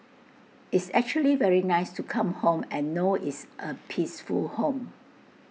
it's actually very nice to come home and know it's A peaceful home